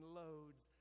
loads